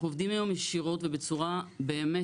אנחנו עובדים היום ישירות ובצורה באמת